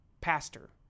pastor